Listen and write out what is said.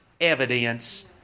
evidence